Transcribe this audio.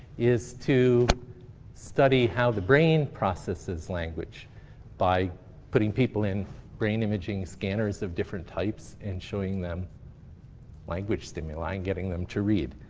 is to study how the brain processes language by putting people in brain imaging scanners of different types, and showing them language stimuli, and getting them to read.